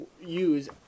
use